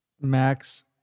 Max